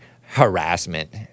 harassment